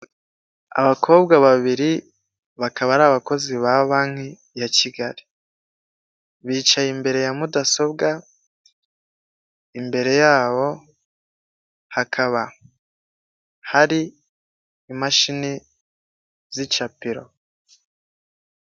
Abakobwa babiri bakaba ari abakozi ba banki ya Kigali, bicaye imbere ya mudasobwa, imbere yabo hakaba hari imashini z'icapiro.